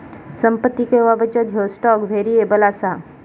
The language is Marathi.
संपत्ती किंवा बचत ह्यो स्टॉक व्हेरिएबल असा